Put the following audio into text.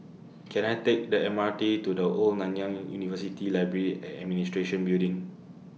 Can I Take The M R T to The Old Nanyang University Library and Administration Building